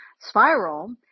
spiral